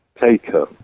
taken